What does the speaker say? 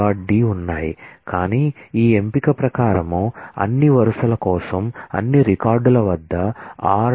D ఉన్నాయి కానీ ఈ ఎంపిక ప్రకారం అన్ని వరుసల కోసం అన్ని రికార్డుల వద్ద r